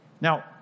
Now